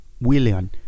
William